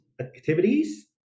activities